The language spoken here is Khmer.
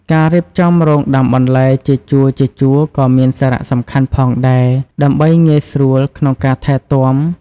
ការរៀបចំរងដាំបន្លែជាជួរៗក៏មានសារៈសំខាន់ផងដែរ ដើម្បីងាយស្រួលក្នុងការថែទាំ។